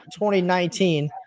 2019